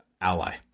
ally